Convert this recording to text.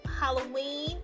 Halloween